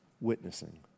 witnessing